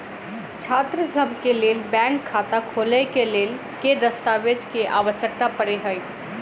छात्रसभ केँ लेल बैंक खाता खोले केँ लेल केँ दस्तावेज केँ आवश्यकता पड़े हय?